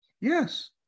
Yes